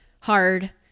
hard